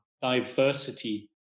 diversity